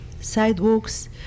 sidewalks